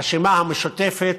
הרשימה המשותפת,